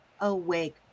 awake